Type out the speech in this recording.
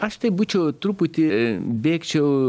aš tai būčiau truputį bėgčiau